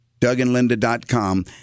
DougAndLinda.com